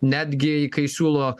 netgi kai siūlo